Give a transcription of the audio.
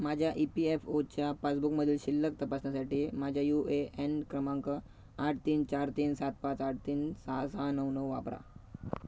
माझ्या E P F ओच्या पासबुकमधील शिल्लक तपासण्यासाठी माझ्या यू ए एन क्रमांक आठ तीन चार तीन सात पाच आठ तीन सहा सहा नऊ नऊ वापरा